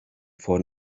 four